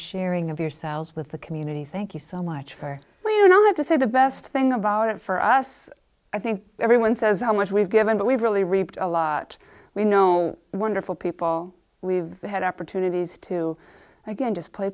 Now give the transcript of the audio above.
sharing of yourselves with the community thank you so much for you not to say the best thing about it for us i think everyone says how much we've given but we've really reaped a lot we know wonderful people we've had opportunities to again just play